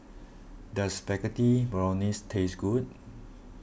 does Spaghetti Bolognese taste good